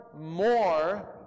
more